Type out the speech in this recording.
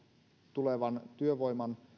tulevan työvoiman